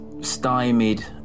stymied